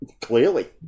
Clearly